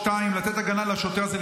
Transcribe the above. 2. לתת הגנה לשוטר הזה,